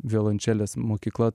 violončelės mokykla